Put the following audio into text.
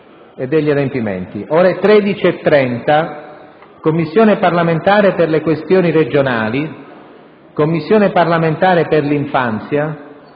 ore 13,30: Commissione parlamentare per le questioni regionali; Commissione parlamentare per l'infanzia;